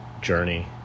journey